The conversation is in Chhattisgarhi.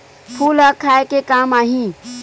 फूल ह खाये के काम आही?